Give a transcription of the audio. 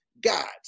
gods